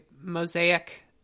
mosaic